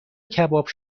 کباب